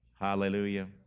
Hallelujah